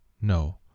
No